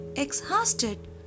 exhausted